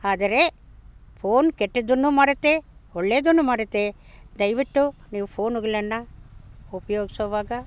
ಆದರೆ ಫೋನ್ ಕೆಟ್ಟದ್ದನ್ನು ಮಾಡುತ್ತೆ ಒಳ್ಳೇದನ್ನು ಮಾಡುತ್ತೆ ದಯವಿಟ್ಟು ನೀವು ಫೋನುಗಳನ್ನು ಉಪ್ಯೋಗಿಸುವಾಗ